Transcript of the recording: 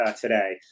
today